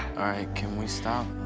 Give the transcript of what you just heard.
can we stop